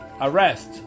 arrest